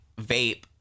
vape